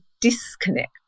disconnect